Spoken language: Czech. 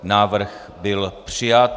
Návrh byl přijat.